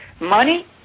money